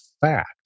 fact